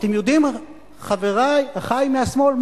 אתם יודעים, חברי, אחי מהשמאל,